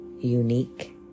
unique